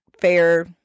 fair